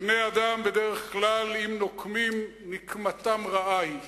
בני-אדם, בדרך כלל, אם נוקמים, נקמתם רעה היא,